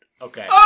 Okay